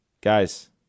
Guys